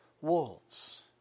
wolves